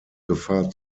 gefahr